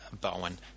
Bowen